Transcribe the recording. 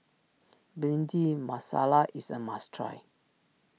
Bhindi Masala is a must try